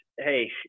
Hey